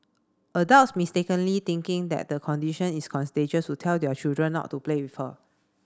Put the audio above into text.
adults mistakenly thinking that the condition is contagious would tell their children not to play with her